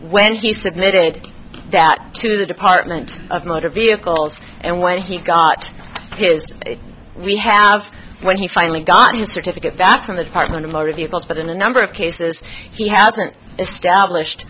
when he submitted that to the department of motor vehicles and when he got here we had when he finally got your certificate that's from the department of motor vehicles but in a number of cases he hasn't established